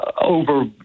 over